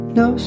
no